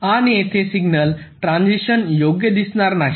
आणि येथे signal transition योग्य दिसणार नाहीत